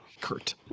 Kurt